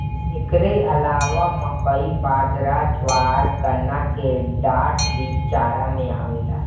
एकरी अलावा मकई, बजरा, ज्वार, गन्ना के डाठ भी चारा में आवेला